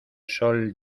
sol